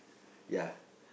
ya